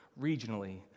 regionally